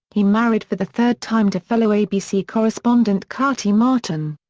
he married for the third time to fellow abc correspondent kati marton.